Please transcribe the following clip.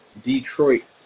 Detroit